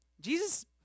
Jesus